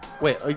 Wait